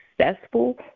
successful